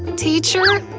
teacher?